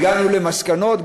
הגענו למסקנות,